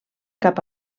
cap